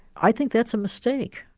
i think that's a mistake.